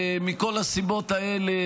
מכל הסיבות האלה,